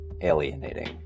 alienating